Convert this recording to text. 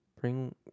bring